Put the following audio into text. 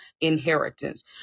inheritance